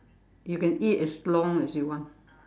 you can eat as long as you want